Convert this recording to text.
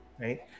right